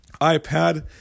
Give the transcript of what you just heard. iPad